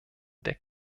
der